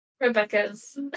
Rebecca's